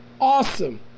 awesome